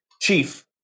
chief